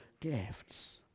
gifts